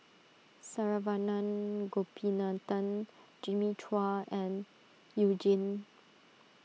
Saravanan Gopinathan Jimmy Chua and You Jin